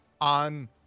on